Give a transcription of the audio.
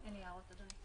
אין לי הערות על זה.